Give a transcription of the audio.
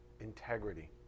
Integrity